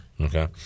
Okay